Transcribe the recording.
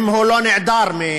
אם הוא לא נעדר מהלימודים,